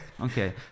Okay